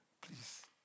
please